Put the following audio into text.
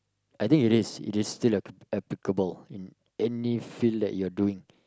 I think it is it is still appli~ applicable in any field that you are doing